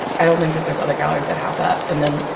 i don't think that there's other galleries that have that. and then,